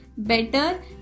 better